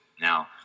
now